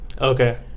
Okay